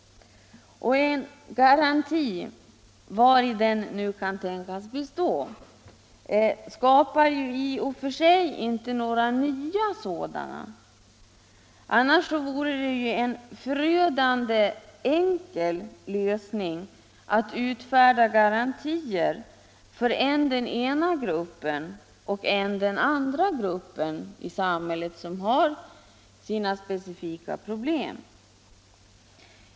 En garanti, vari den nu kan tänkas bestå, skapar ju i och för sig inte några nya sådana. Annars vore det ju en förödande enkel lösning att utfärda garantier för än den ena, än den andra gruppen i samhället, som har sina speciella problem.